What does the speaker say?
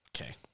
Okay